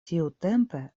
tiutempe